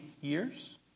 years